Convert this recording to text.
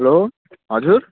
hello हजुर